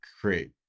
create